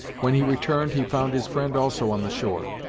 when he returned, he found his friend also on the shore.